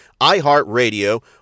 iHeartRadio